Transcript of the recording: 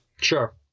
Sure